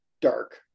dark